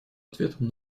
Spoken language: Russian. ответом